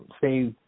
say